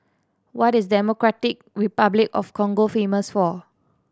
what is Democratic Republic of Congo famous for